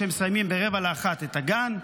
שמסיימים ב-12:45 את הגן,